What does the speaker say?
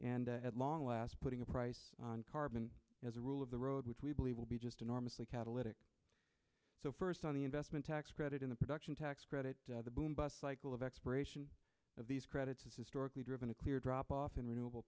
at long last putting a price on carbon as a rule of the road which we believe will be just enormously catalytic so first on the investment tax credit in the production tax credit the boom bust cycle of expiration of these credits has historically driven a clear dropoff in renewable